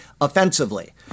offensively